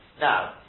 Now